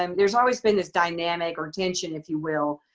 um there's always been this dynamic or tension, if you will,